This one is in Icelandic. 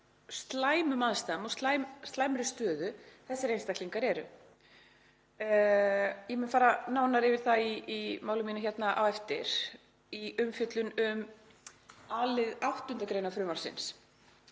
slæmum aðstæðum og slæmri stöðu þessir einstaklingar eru. Ég mun fara nánar yfir það í máli mínu á eftir í umfjöllun um a-lið 8. gr. frumvarpsins